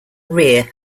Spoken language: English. rear